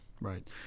right